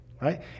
right